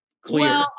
clear